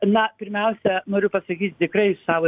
na pirmiausia noriu pasakyti tikrai iš savo